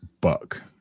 Buck